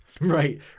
Right